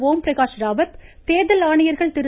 ஓம் பிரகாஷ் ராவத் தேர்தல் ஆணையர்கள் திரு